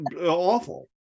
awful